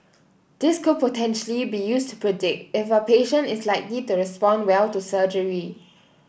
this could potentially be used to predict if a patient is likely to respond well to surgery